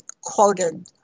quoted